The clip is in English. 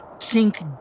sink